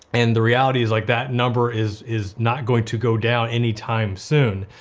and the reality is like that number is is not going to go down any time soon.